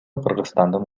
кыргызстандын